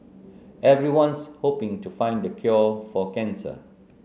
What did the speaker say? everyone's hoping to find the cure for cancer